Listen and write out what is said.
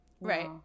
right